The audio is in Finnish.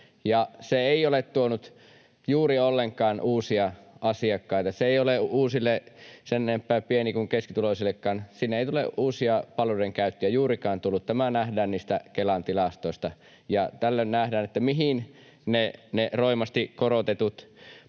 Se ei ole tuonut juuri ollenkaan uusia asiakkaita, ei ole uusia sen enempää pieni‑ kuin keskituloisiakaan. Sinne ei ole uusia palveluiden käyttäjiä juurikaan tullut. Tämä nähdään niistä Kelan tilastoista, ja tällöin nähdään, mihin ne roimasti korotetut panostukset